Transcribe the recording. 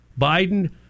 Biden